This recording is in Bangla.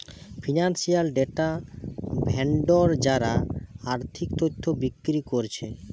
ফিনান্সিয়াল ডেটা ভেন্ডর যারা আর্থিক তথ্য বিক্রি কোরছে